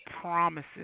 promises